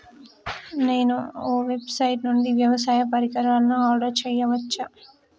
నేను ఏ వెబ్సైట్ నుండి వ్యవసాయ పరికరాలను ఆర్డర్ చేయవచ్చు?